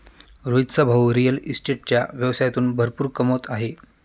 रोहितचा भाऊ रिअल इस्टेटच्या व्यवसायातून भरपूर कमवत आहे